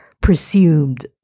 presumed